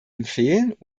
empfehlen